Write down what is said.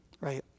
Right